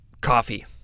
Coffee